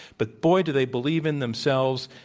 but, boy, do they believe in themselves,